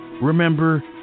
remember